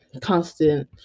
constant